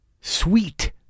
Sweet